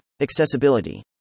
Accessibility